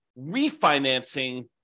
refinancing